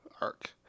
arc